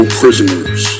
prisoners